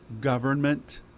government